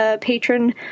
patron